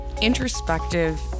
introspective